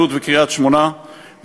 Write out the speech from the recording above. לוד וקריית-שמונה,